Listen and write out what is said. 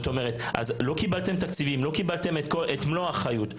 לא קיבלת תקציבים, לא קיבלתם את מלוא האחריות?